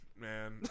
man